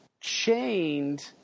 chained